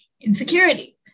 insecurity